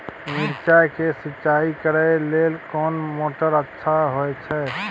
मिर्चाय के सिंचाई करे लेल कोन मोटर अच्छा होय छै?